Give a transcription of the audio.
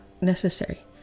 necessary